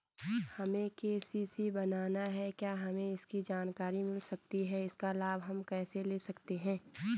हमें के.सी.सी बनाना है क्या हमें इसकी जानकारी मिल सकती है इसका लाभ हम कैसे ले सकते हैं?